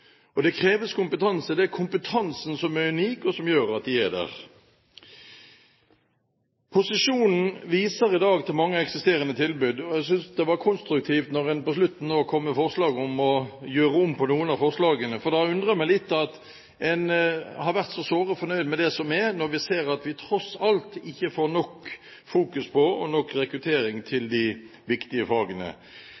Det kreves kompetanse. Det er kompetansen som er unik, og som gjør at de er der. Posisjonen viser i dag til mange eksisterende tilbud. Jeg synes det var konstruktivt da man nå på slutten kom med forslag om å gjøre om på noen av forslagene. Det har undret meg litt at en har vært så såre fornøyd med det som er, når vi ser at vi tross alt ikke får nok fokus på og nok rekruttering til